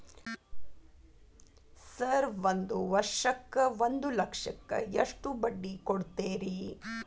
Sir ಒಂದು ವರ್ಷಕ್ಕ ಒಂದು ಲಕ್ಷಕ್ಕ ಎಷ್ಟು ಬಡ್ಡಿ ಕೊಡ್ತೇರಿ?